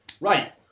right